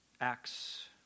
Acts